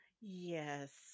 Yes